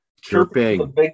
chirping